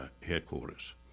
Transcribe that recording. headquarters